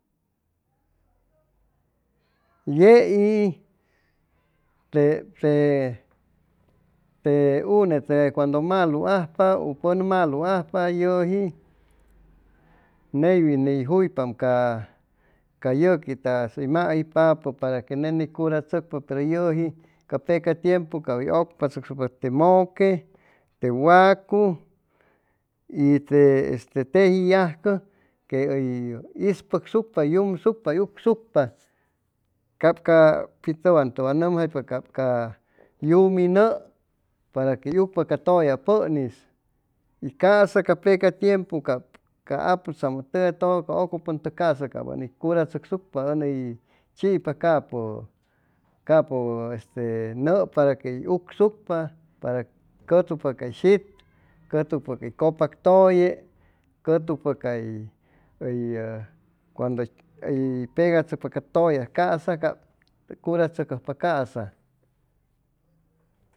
Yeiytete une cuandu malu ajpa u pun malu ajpa yuji neywin ni juypa cay yuki ta uy mauypapu para que ne ni curashucpa te muque te wacu y te teji yajcu que uy ispucshucpa uy yumshucpa uy ugsucpa cab ca pi tuwan tuwan numjaypa ca yumi nu'u para que uy ucpa ca tuya pun'is y casa ca peca tiempu cab ca aputsamu tugay tudu ca ucupun casa uy ni curashucpa uy ni china capu capu este nu'u para que uy ucshucpa para que cutucpa cay uy cuandu uy pegatshucpa ca tuya casa curatshucojpa casa